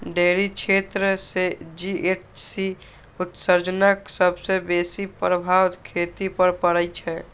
dairy क्षेत्र सं GHC उत्सर्जनक सबसं बेसी प्रभाव खेती पर पड़ै छै